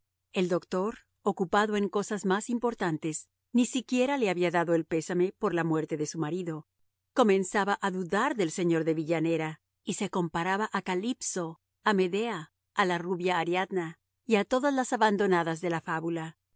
el doctor ocupado en cosas más importantes ni siquiera le había dado el pésame por la muerte de su marido comenzaba a dudar del señor de villanera y se comparaba a calipso a medea a la rubia ariadna y a todas las abandonadas de la fábula